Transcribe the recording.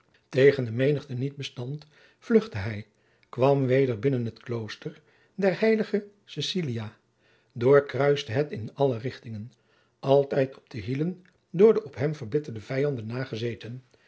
tegen de menigte niet bestand vluchtte hij kwam weder binnen het klooster der heilige coecilia doorkruiste het in alle richtingen altijd op de hielen door de op hem verbitterde vijanden nagezeten